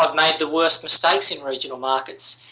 ah i've made the worst mistakes in regional markets.